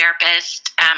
therapist